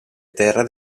terre